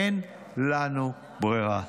אין לנו ברירה.